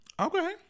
Okay